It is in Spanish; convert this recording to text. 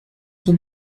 son